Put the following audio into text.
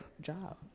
job